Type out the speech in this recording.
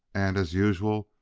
and, as usual,